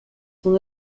son